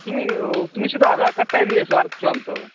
তুমি তুমি শুধু আধার কার্ডটাই নিয়ে এসো আর কিছু আনতে হবে না